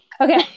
Okay